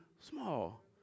small